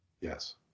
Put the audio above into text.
Yes